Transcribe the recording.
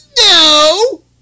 No